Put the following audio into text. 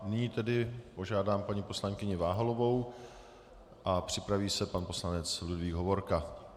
Nyní tedy požádám paní poslankyni Váhalovou a připraví se pan poslanec Ludvík Hovorka.